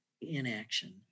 inaction